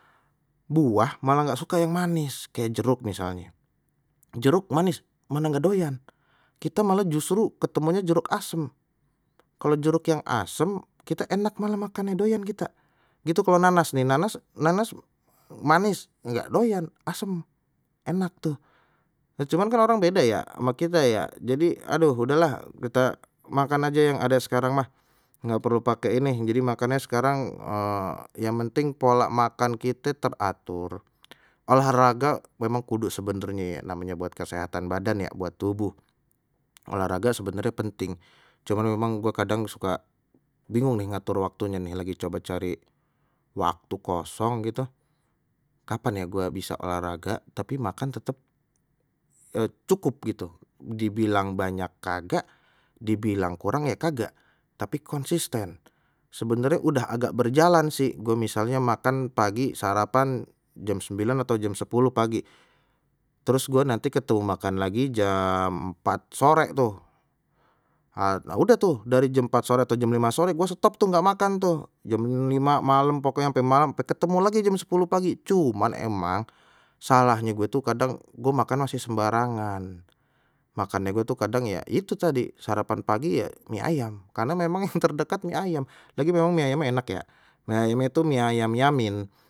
Buah malah nggak suka yang manis kayak jeruk misalnya jeruk manis malah nggak doyan, kita malah justru ketemunya jeruk asem kalau jeruk yang asem kita enak malah makannya doyan kita. Itu kalau nanas nih nanas nanas manis nggak doyan asem enak tuh, cuman orang kan beda ya sama kita ya, jadi aduh udahlah kita makan aja yang ada sekarang mah, nggak perlu pakai ini jadi makannya sekarang yang penting pola makan kite teratur, olahraga memang kudu sebenarnye namenye buat kesehatan badan ya buat tubuh olahraga sebenarnya penting, cuman memang gua kadang suka bingung nih ngatur waktunya nih lagi coba cari waktu kosong gitu, kapan ya gua bisa olahraga tapi makan cepet cukup gitu dibilang banyak kagak dibilang kurang ye kagak tapi konsisten sebenarnya udah agak berjalan si gua misalnya makan pagi sarapan jam sembilan atau jam sepuluh pagi terus gua nanti ketemu makan lagi jam empat sore tuh, ya udah tuh dari jam empat sore atau jam lima sore gua stop tuh nggak makan tuh jam lima malam pokoknya ampe malam ampe ketemu lagi jam sepuluh pagi, cuman emang salahnye gue tuh kadang gua makan nasi sembarangan. Makannye gue tuh kadang ya itu tadi sarapan pagi ya mie ayam karena memang yang terdekat mie ayam, lagi memang mie ayamnya enak ya, mie ayamnye tu mie ayam yamin.